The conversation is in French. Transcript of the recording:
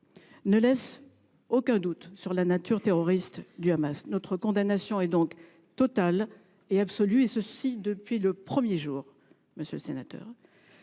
ne laissent aucun doute quant à la nature terroriste du Hamas. Notre condamnation est donc totale et absolue, et cela depuis le premier jour. Face à l’horreur,